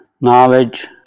knowledge